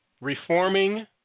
reforming